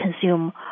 consume